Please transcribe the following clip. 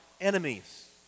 enemies